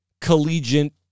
collegiate